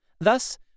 Thus